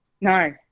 No